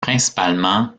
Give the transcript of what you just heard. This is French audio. principalement